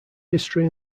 history